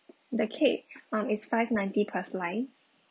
the cake um is five ninety per slice